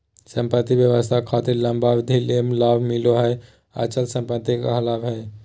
संपत्ति व्यवसाय खातिर लंबा अवधि ले लाभ मिलो हय अचल संपत्ति कहलावय हय